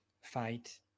fight